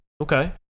Okay